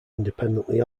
independently